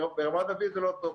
ברמת דוד זה לא טוב.